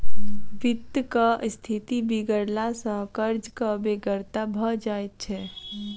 वित्तक स्थिति बिगड़ला सॅ कर्जक बेगरता भ जाइत छै